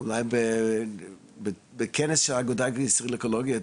אולי בכנס של האגודה הישראלית לאקולוגיה?